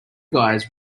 guys